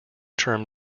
term